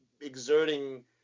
exerting